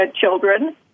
children